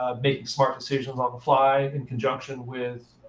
ah making smart decisions on the fly in conjunction with